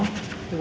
什么 course